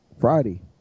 Friday